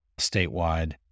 statewide